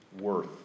worth